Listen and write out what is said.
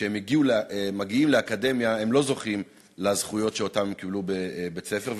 כשהם מגיעים לאקדמיה הם לא זוכים לזכויות שקיבלו בבית-הספר.